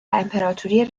امپراتوری